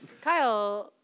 Kyle